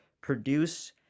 produce